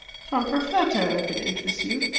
from perfetta, if it interests you.